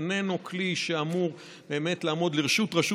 זה איננו כלי שאמור באמת לעמוד לרשות רשות